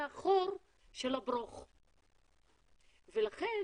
מאחר וזה לא המקצוע העיקרי שלי,